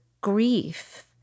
grief